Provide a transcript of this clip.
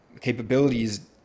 capabilities